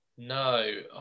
No